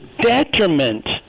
detriment